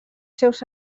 seus